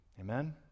amen